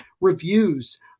reviews